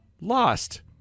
lost